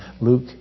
Luke